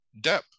depp